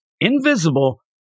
invisible